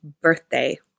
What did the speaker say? birthday